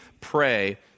pray